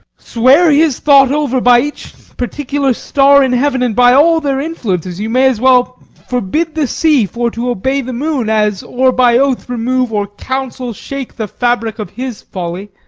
swear his thought over by each particular star in heaven and by all their influences, you may as well forbid the sea for to obey the moon as, or by oath remove, or counsel shake the fabric of his folly,